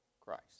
Christ